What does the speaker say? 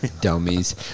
Dummies